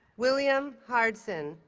william hardson,